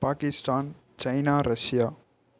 Pakistan China Russia